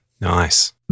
Nice